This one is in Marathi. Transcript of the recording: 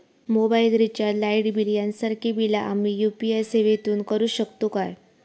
मोबाईल रिचार्ज, लाईट बिल यांसारखी बिला आम्ही यू.पी.आय सेवेतून करू शकतू काय?